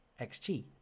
XG